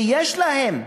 כי יש להם,